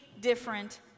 different